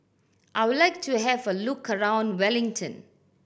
I would like to have a look around Wellington